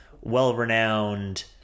well-renowned